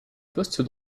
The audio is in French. poste